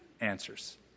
answers